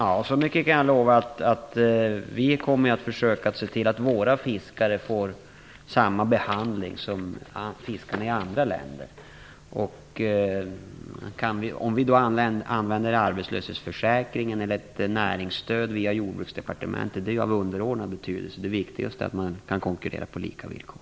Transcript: Fru talman! Vi kommer att försöka se till att våra fiskare får samma behandling som fiskarna i andra länder. Så mycket kan jag lova. Om vi då använder arbetslöshetsförsäkringen eller ett näringsstöd via Jordbruksdepartementet är av underordnad betydelse. Det viktigaste är att man kan konkurrera på lika villkor.